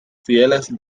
fieles